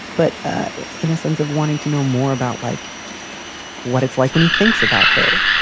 but in a sense of wanting to know more about, like what it's like when he thinks about her,